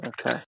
Okay